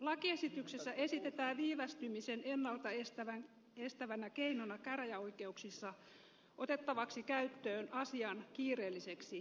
lakiesityksessä esitetään viivästymisen ennalta estävänä keinona käräjäoikeuksissa otettavaksi käyttöön asian kiireelliseksi määrääminen